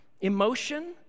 emotion